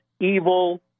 evil